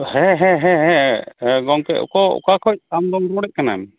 ᱦᱮᱸ ᱦᱮᱸ ᱦᱮᱸ ᱦᱮᱸ ᱜᱚᱝᱠᱮ ᱚᱠᱚ ᱚᱠᱟ ᱠᱷᱚᱱ ᱟᱢᱫᱚᱢ ᱨᱚᱲᱮᱫ ᱠᱟᱱᱟᱢ